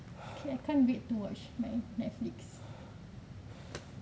okay I can't wait to watch my Netflix